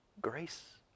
grace